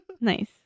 Nice